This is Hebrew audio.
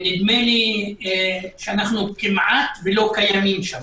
נדמה לי שאנחנו כמעט לא קיימים שם